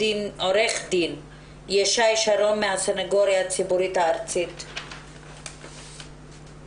ישי שרון מהסנגוריה הציבורית הארצית בבקשה.